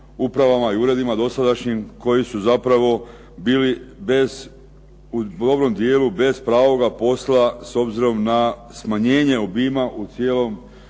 upravama i uredima dosadašnjim koji su zapravo bili bez, u dobrom dijelu bez pravoga posla s obzirom na smanjenje obijma u cijelom